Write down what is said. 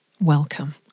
Welcome